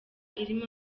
irimo